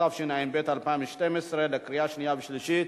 התשע"ב 2012, לקריאה שנייה ושלישית.